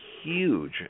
huge